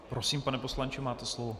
Prosím, pane poslanče, máte slovo.